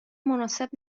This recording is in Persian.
مناسب